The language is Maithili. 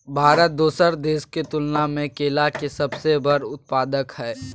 भारत दोसर देश के तुलना में केला के सबसे बड़ उत्पादक हय